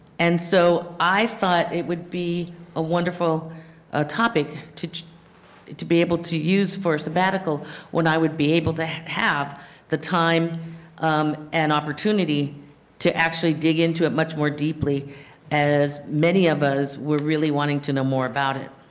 and so i thought it would be wonderful ah topic to to be able to use for a sabbatical when i would be able to have the time um and opportunity to actually dig into it much more deeply as many of us were really wanting to know more about it.